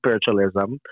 spiritualism